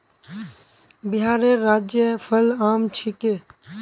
बिहारेर राज्य फल आम छिके